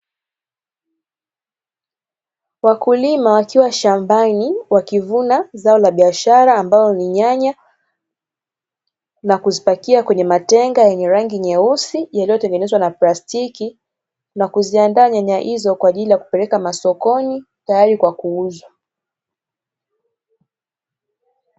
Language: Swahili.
Wakulima wakiwa shambani wakivuna zao la biashara, ambalo ni nyanya na kuzipakia kwenye matenga yenye rangi nyeusi, yanayotengenezwa na plastiki na kuziandaa nyanya hizo kwa ajili ya kuzipeleka masokoni tayari kwa kuuzwa.